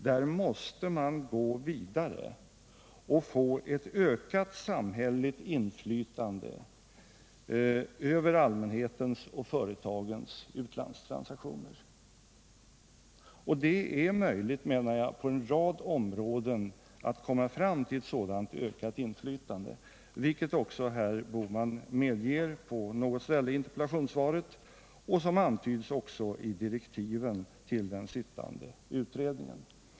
Jag medger att man där måste gå vidare för att få ett ökat samhälleligt inflytande över allmänhetens och företagens utlandstransaktioner. Och jag menar det är möjligt att på en rad områden komma fram till ett sådant ökat inflytande, vilket också herr Bohman medger på något ställe i interpellationssvaret och som även antyds i direktiven till den sittande utredningen.